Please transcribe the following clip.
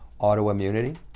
autoimmunity